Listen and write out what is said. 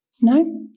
No